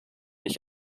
ich